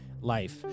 life